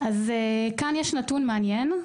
יש נתון מעניין,